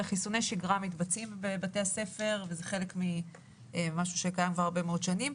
חיסוני שגרה מתבצעים בבתי הספר וזה חלק ממשהו שקיים כבר הרבה מאוד שנים.